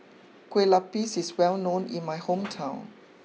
Kue Lupis is well known in my hometown